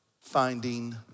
finding